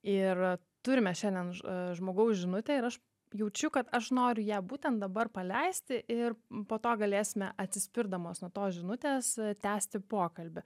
ir turime šiandien už žmogaus žinutę ir aš jaučiu kad aš noriu ją būtent dabar paleisti ir po to galėsime atsispirdamos nuo tos žinutės tęsti pokalbį